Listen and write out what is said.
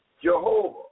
Jehovah